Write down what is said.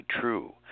true